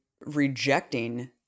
rejecting